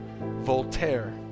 Voltaire